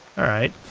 alright,